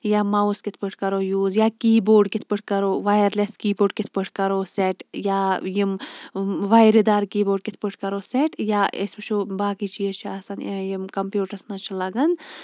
یا مَوُس کِتھ پٲٹھۍ کَرو یوٗز یا کی بوڈ کِتھ پٲٹھۍ کَرو وَیَرلیٚس کی بوڈ کِتھ پٲٹھۍ کَرو سیٚٹ یا یِم وَیرِ دار کی بوڈ کِتھ پٲٹھۍ کَرو سیٚٹ یا أسۍ وٕچھو باقٕے چیٖز چھِ آسان یِم کَمپیوٹرس مَنٛز چھِ لَگان